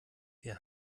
wir